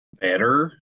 Better